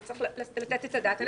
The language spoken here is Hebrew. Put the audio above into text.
וצריך לתת את הדעת עליהם.